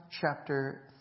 chapter